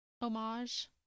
homage